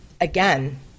again